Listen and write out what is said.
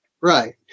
right